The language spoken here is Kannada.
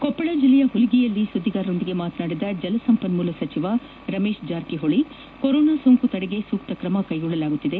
ಕೊಪ್ಪಳ ಜಲ್ಲೆಯ ಹುಲಗಿಯಲ್ಲಿ ಸುದ್ದಿಗಾರರೊಂದಿಗೆ ಮಾತನಾಡಿದ ಜಲಸಂಪನ್ನೂಲ ಸಚಿವ ರಮೇಶ್ ಜಾರಕಿಹೊಳಿ ಕೊರೋನಾ ಸೋಂಕು ತಡೆಗೆ ಸೂಕ್ಷಕಮ ಕೈಗೊಳ್ಳಲಾಗುತ್ತಿದೆ